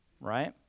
right